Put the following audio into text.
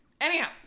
Anyhow